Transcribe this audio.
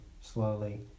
slowly